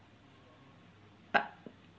uh